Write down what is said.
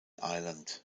island